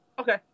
Okay